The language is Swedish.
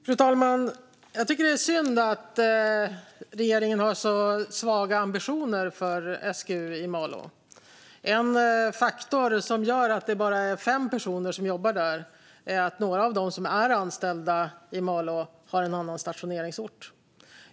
Fru talman! Jag tycker att det är synd att regeringen har så svaga ambitioner för SGU i Malå. En faktor som gör att det bara är fem personer som jobbar där är att några av dem som är anställda i Malå har en annan stationeringsort.